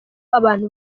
abantu